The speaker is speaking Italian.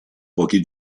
pochi